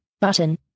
button